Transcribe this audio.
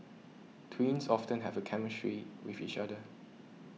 twins often have a chemistry with each other